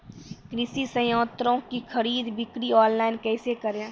कृषि संयंत्रों की खरीद बिक्री ऑनलाइन कैसे करे?